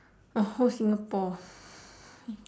!wah! whole Singapore